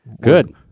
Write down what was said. Good